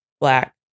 black